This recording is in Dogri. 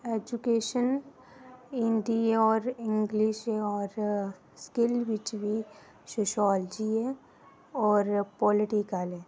दुनियां भर दे जात्तरू औंदे न इत्थै ते होर बी बड़े तीर्थ स्थान न इत्थै जि'यां नौ देवी होई गेआ ते